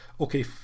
okay